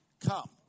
come